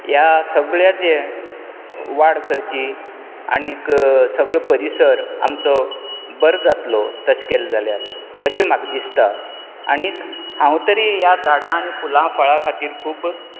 ह्या सगळ्या जें वाड करची आनीक सगळो परिसर आमचो बरो जातलो तशें केलें जाल्यार अशें म्हाका दिसता आनीक हांव तरी ह्या झाडांक फुलांक फळां खातीर खूब